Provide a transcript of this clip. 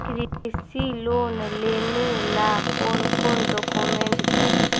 कृषि लोन लेने ला कोन कोन डोकोमेंट चाही?